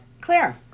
Claire